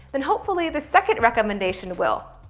then hopefully the second recommendation will.